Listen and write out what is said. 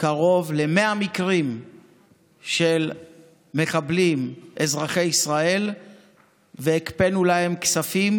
קרוב ל-100 מקרים של מחבלים אזרחי ישראל והקפאנו להם כספים